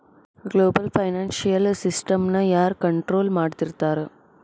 Global financial ಸಿಸ್ಟಮ್ನ ಯಾರ್ control ಮಾಡ್ತಿರ್ತಾರ?